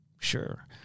Sure